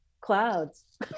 clouds